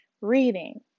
reading